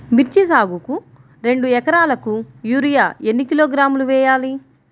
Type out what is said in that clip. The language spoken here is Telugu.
మిర్చి సాగుకు రెండు ఏకరాలకు యూరియా ఏన్ని కిలోగ్రాములు వేయాలి?